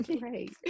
Right